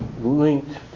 linked